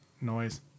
noise